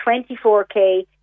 24K